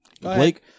Blake